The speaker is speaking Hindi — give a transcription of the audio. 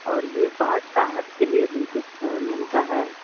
और यह बाढ़ राहत के लिए भी कुछ है मिलता है